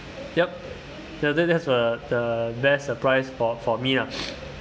yup so that that's the the best surprise for for me lah